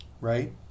right